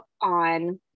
on